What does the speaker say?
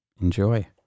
enjoy